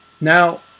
now